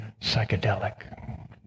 psychedelic